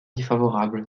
défavorable